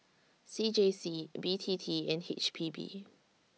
C J C B T T and H P B